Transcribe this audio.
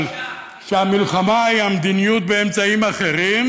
שהמלחמה היא המדיניות באמצעים אחרים,